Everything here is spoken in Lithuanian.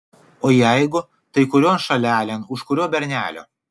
o jeigu tai kurion šalelėn už kurio bernelio